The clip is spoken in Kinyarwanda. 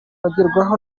bagerwaho